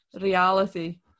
reality